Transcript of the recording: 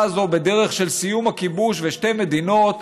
הזאת בדרך של סיום הכיבוש ושתי מדינות.